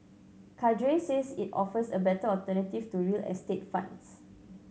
Cadre says it offers a better alternative to real estate funds